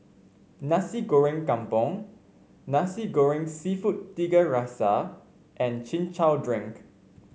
Nasi Goreng Kampung Nasi Goreng seafood Tiga Rasa and Chin Chow Drink